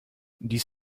dies